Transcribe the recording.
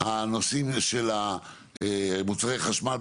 הנושאים של מוצרי החשמל,